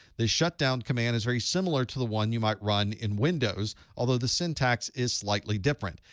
the shutdown command is very similar to the one you might run in windows, although the syntax is slightly different.